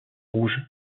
rouge